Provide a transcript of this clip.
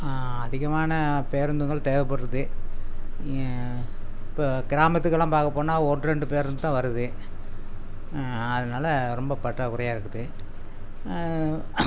அதிகமான பேருந்துகள் தேவைப்பட்றது இப்போ கிராமத்துக்கெல்லாம் பார்க்கப்போனா ஒன்று ரெண்டு பேருந்துதான் வருது அதனால் ரொம்ப பாற்றாக்குறையாக இருக்குது